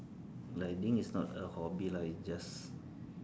riding is not a hobby lah it's just